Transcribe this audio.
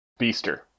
Beaster